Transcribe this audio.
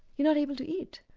you're not able to eat,